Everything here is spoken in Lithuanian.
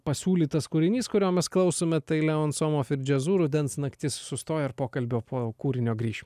pasiūlytas kūrinys kurio mes klausome tai leon somov ir jazzu rudens naktis sustoja ir pokalbio po kūrinio grįš